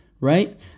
right